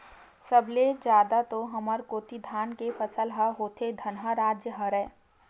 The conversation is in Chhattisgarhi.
सब ले जादा तो हमर कोती धाने के फसल ह होथे धनहा राज हरय